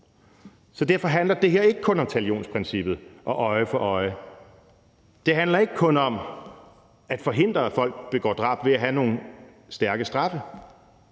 år. Derfor handler det her ikke kun om talionsprincippet og øje for øje. Det handler ikke kun om at forhindre, at folk begår drab, ved at have nogle stærke straffe.